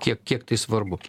tiek kiek tai svarbu